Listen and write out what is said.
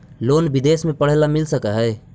Loan विदेश में पढ़ेला मिल सक हइ?